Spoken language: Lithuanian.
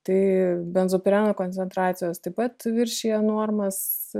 tai benzopreno koncentracijos taip pat viršija normas